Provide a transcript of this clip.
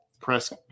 press